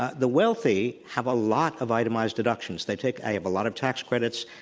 ah the wealthy have a lot of itemized deductions. they take i have a lot of tax credits.